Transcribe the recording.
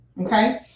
okay